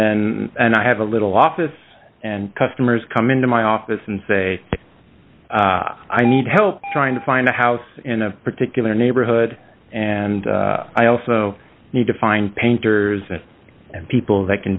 then and i have a little office and customers come into my office and say i need help trying to find a house in a particular neighborhood and i also need to find painters and people that can